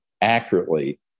accurately